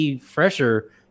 fresher